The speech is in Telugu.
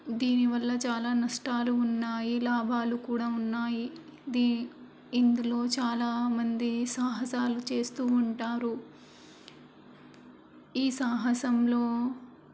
దీనివల్ల చాలా నష్టాలు ఉన్నాయి లాభాలు కూడా ఉన్నాయి దీ ఇందులో చాలా మంది సాహసాలు చేస్తూ ఉంటారు ఈ సాహసంలో